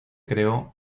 creó